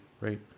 right